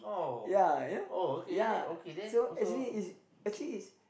ya you know ya so actually is actually is